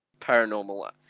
paranormal